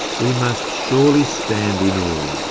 we must surely stand you know